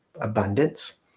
abundance